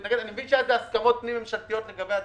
מבין שהיו הסכמות פנים ממשלתיות לגבי זה,